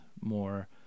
more